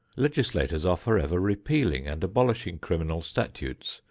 legislators are forever repealing and abolishing criminal statutes,